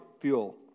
fuel